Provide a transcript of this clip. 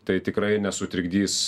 tai tikrai nesutrikdys